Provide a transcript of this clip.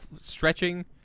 Stretching